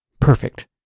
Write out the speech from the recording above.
Perfect